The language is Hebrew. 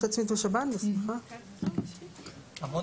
המון